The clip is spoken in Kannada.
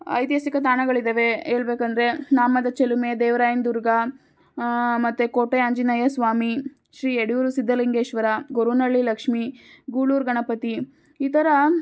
ಐತಿಹಾಸಿಕ ತಾಣಗಳಿದವೆ ಹೇಳ್ಬೇಕ್ ಅಂದರೆ ನಾಮದ ಚಿಲುಮೆ ದೇವ್ರಾಯನದುರ್ಗ ಮತ್ತು ಕೋಟೆ ಆಂಜನೇಯ ಸ್ವಾಮಿ ಶ್ರೀ ಯಡೆಯೂರು ಸಿದ್ಧಲಿಂಗೇಶ್ವರ ಗೊರವನಳ್ಳಿ ಲಕ್ಷ್ಮೀ ಗೂಳೂರು ಗಣಪತಿ ಈ ಥರ